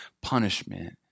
punishment